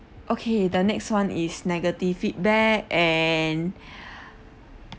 okay the next one is negative feedback and